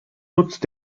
nutzt